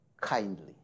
kindly